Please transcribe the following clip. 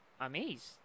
amazed